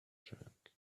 drunk